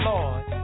Lord